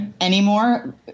anymore